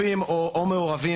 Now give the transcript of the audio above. שמונה זה מספיק זמן.